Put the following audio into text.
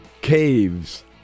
caves